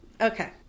Okay